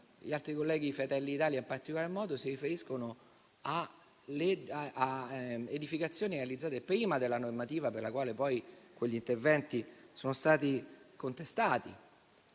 gli altri colleghi di Fratelli d'Italia in particolar modo, si riferiscono a edificazioni realizzate prima della normativa per la quale poi quegli interventi sono stati contestati.